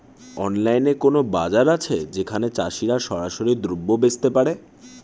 অনলাইনে কোনো বাজার আছে যেখানে চাষিরা সরাসরি দ্রব্য বেচতে পারে?